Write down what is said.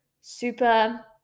super